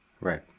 Right